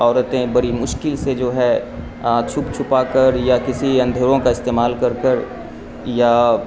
عورتیں بڑی مشکل سے جو ہے چھپ چھپا کر یا کسی اندیھروں کا استعمال کر کر یا